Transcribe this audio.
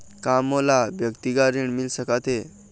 का मोला व्यक्तिगत ऋण मिल सकत हे?